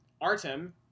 Artem